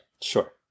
Sure